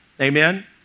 Amen